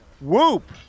whoop